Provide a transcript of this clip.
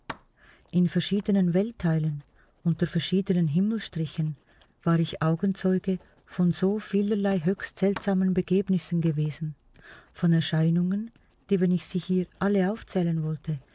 in verschiedenen weltteilen unter verschiedenen himmelsstrichen war ich augenzeuge von so vielerlei höchst seltsamen begebnissen gewesen von erscheinungen die wenn ich sie hier alle aufzählen wollte